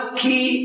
key